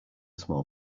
small